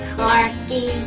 Clarky